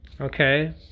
Okay